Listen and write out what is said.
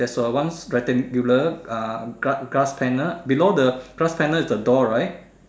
there's a one rectangular uh glass glass panel below the glass panel is the door right